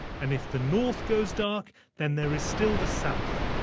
and if the north goes dark, then there is still the south.